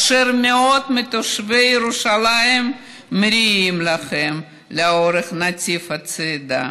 ומאות מתושבי ירושלים מריעים לכם לאורך נתיב הצעידה.